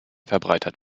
verbreitert